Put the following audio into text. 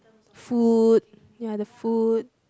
food ya the food